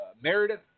Meredith